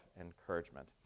encouragement